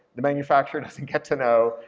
the manufacturer doesn't get to know.